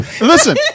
Listen